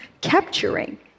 capturing